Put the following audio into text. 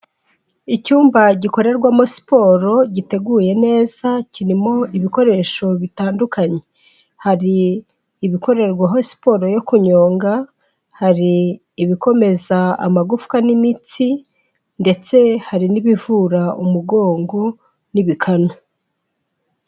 Icyumba gikorerwamo siporo giteguye neza kirimo ibikoresho bitandukanye, hari ibikorerwaho siporo yo kunyonga, hari ibikomeza amagufwa n'imitsi ndetse hari n'ibivura umugongo n'ibikanu.